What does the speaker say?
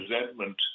resentment